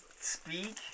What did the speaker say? speak